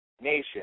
nation